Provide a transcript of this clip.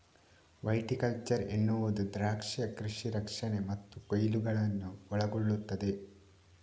viticulture ಎನ್ನುವುದು ದ್ರಾಕ್ಷಿಯ ಕೃಷಿ ರಕ್ಷಣೆ ಮತ್ತು ಕೊಯ್ಲುಗಳನ್ನು ಒಳಗೊಳ್ಳುತ್ತದೆ